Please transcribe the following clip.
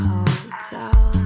Hotel